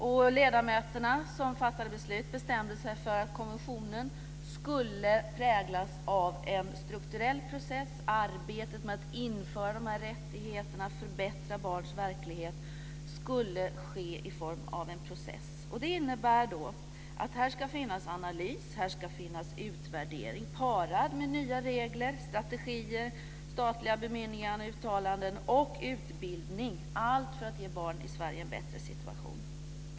De ledamöter som fattade beslutet bestämde sig för att konventionen skulle präglas av en strukturell process. Arbetet med att införa dessa rättigheter och förbättra barns verklighet skulle ske i form av en process. Det innebär att det ska finnas en analys och en utvärdering parad med nya regler, strategier, statliga bemyndiganden, uttalanden och utbildning - allt för att ge barn i Sverige en bättre situation.